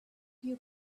you